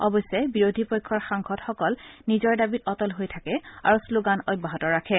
অৱশ্যে বিৰোধী পক্ষৰ সাংসদসকল নিজৰ দাবীত অটল হৈ থাকে আৰু শ্লোগান অব্যাহত ৰাখে